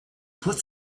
put